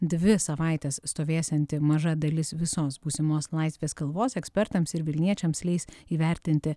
dvi savaites stovėsianti maža dalis visos būsimos laisvės kalvos ekspertams ir vilniečiams leis įvertinti